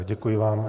Děkuji vám.